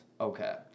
okay